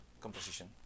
composition